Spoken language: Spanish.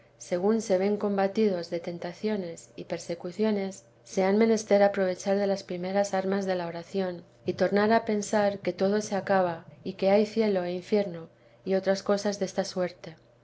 según se ven combatidos de tentaciones y persecuciones se han menester aprovechar de las primeras armas de la oración y tornar a pensar que todo se acaba y que hay cielo e infierno y otras cosas desta suerte